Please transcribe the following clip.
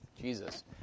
Jesus